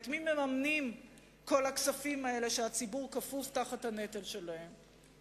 את מי מממנים כל הכספים האלה שהציבור כפוף תחת הנטל שלהם?